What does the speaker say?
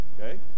Okay